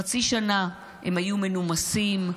חצי שנה הם היו מנומסים,